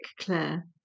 Claire